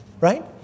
right